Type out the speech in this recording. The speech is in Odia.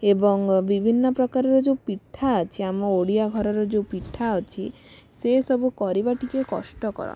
ଏବଂ ବିଭିନ୍ନ ପ୍ରକାରର ଯେଉଁ ପିଠା ଅଛି ଆମ ଓଡ଼ିଆ ଘରର ଯେଉଁ ପିଠା ଅଛି ସେ ସବୁ କରିବା ଟିକେ କଷ୍ଟକର